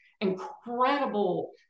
incredible